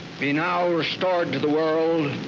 be now restored to the world